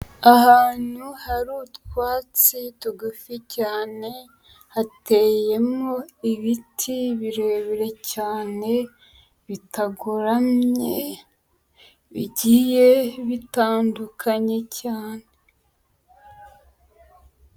Ahantu hari utwaci tugufi cyane, hateyemo ibiti birebire cyane bitagoramye, bigiye bitandukanye cyane.